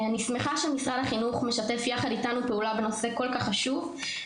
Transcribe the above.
אני שמחה שמשרד החינוך משתף יחד איתנו פעולה בנושא כל כך חשוב,